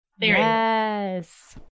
Yes